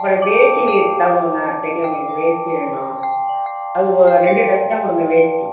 அப்புறம் வேட்டி இருந்தால் கொடுங்க பெரியவங்களுக்கு வேஸ்ட்டி வேணும் அது ஒரு ரெண்டு டஜன் கொடுங்க வேஸ்ட்டி